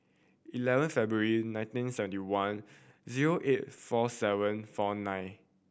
eleven February nineteen seventy one zero eight four seven four nine